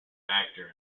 actor